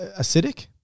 acidic